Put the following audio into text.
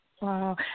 Wow